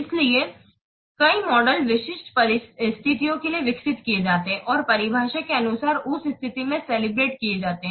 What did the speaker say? इसलिए कई मॉडल विशिष्ट स्थितियों के लिए विकसित किए जाते हैं और परिभाषा के अनुसार उस स्थिति में कैलिब्रेट किए जाते हैं